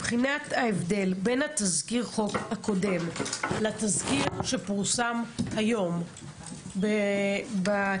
ההבדל בין תזכיר החוק הקודם לבין התזכיר שפורסם היום באתר,